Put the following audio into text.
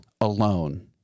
alone